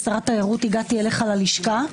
כשר התיירות הגעתי אליך ללשכה,